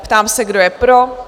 Ptám se, kdo je pro?